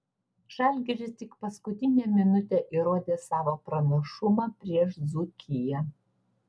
žalgiris tik paskutinę minutę įrodė savo pranašumą prieš dzūkiją